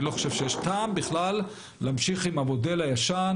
אני לא חושב שיש בכלל טעם להמשיך עם המודל הישן,